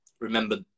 Remember